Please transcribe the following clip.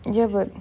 ya but